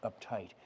uptight